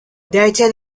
later